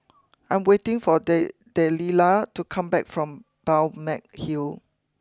I'm waiting for day Delilah to come back from Balmeg Hill